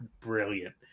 brilliant